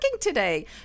today